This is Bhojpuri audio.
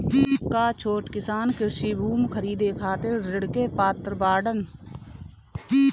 का छोट किसान कृषि भूमि खरीदे खातिर ऋण के पात्र बाडन?